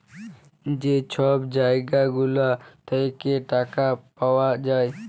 যে ছব জায়গা গুলা থ্যাইকে টাকা পাউয়া যায়